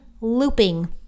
looping